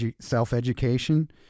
self-education